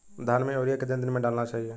धान में यूरिया कितने दिन में डालना चाहिए?